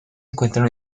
encuentran